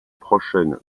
prochaine